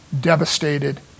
devastated